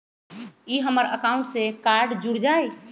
ई हमर अकाउंट से कार्ड जुर जाई?